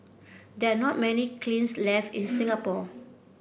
there are not many kilns left in Singapore